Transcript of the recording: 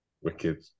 wicked